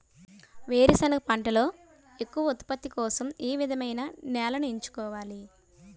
వేరుసెనగ పంటలో ఎక్కువ ఉత్పత్తి కోసం ఏ విధమైన నేలను ఎంచుకోవాలి?